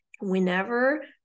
whenever